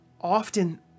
often